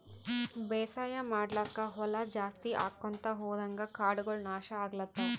ಬೇಸಾಯ್ ಮಾಡ್ಲಾಕ್ಕ್ ಹೊಲಾ ಜಾಸ್ತಿ ಆಕೊಂತ್ ಹೊದಂಗ್ ಕಾಡಗೋಳ್ ನಾಶ್ ಆಗ್ಲತವ್